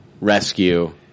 rescue